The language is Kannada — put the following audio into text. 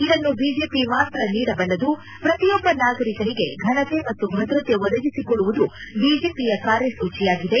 ಇದನ್ನು ಬಿಜೆಪಿ ಮಾತ್ರ ನೀಡಬಲ್ಲದು ಪ್ರತಿಯೊಬ್ಬ ನಾಗರಿಕನಿಗೆ ಫನತೆ ಮತ್ತು ಭದ್ರತೆ ಒದಗಿಸಿಕೊಡುವುದು ಬಿಜೆಪಿಯ ಕಾರ್ಯಸೂಚಿಯಾಗಿದೆ